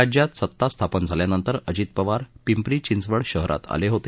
राज्यात सत्ता स्थापन झाल्यानंतर अजित पवार पिपरी चिंचवड शहरात आले होते